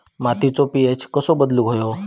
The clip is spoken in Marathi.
मातीचो पी.एच कसो बदलुक होयो?